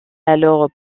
alors